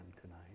tonight